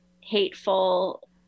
hateful